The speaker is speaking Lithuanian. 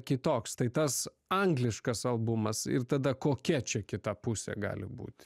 kitoks tai tas angliškas albumas ir tada kokia čia kita pusė gali būti